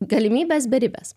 galimybės beribės